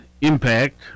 impact